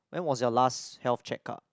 when was your last health checkup